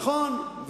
נכון.